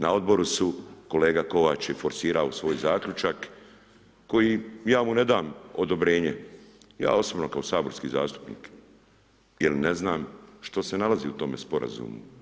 Na Odboru su, kolega Kovač je forsirao svoj zaključak, koji, ja mu ne dam odobrenje, ja osobno kao saborski zastupnik, jer ne znam što se nalazi u tome sporazumu.